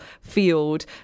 field